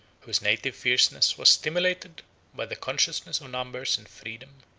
whose native fierceness was stimulated by the consciousness of numbers and freedom.